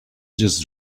just